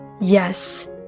Yes